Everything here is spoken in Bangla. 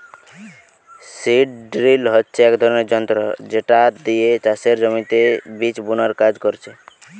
সীড ড্রিল হচ্ছে এক ধরণের যন্ত্র যেটা দিয়ে চাষের জমিতে বীজ বুনার কাজ করছে